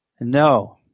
No